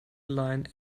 line